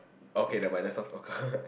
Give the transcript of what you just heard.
okay never mind let's not ppl